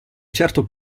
certo